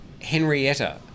Henrietta